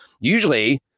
usually